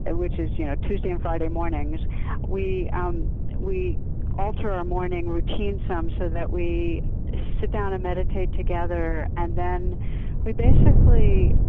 and which is you know tuesday and friday mornings we ah um we alter our morning routine some so that we sit down and meditate together and then we basically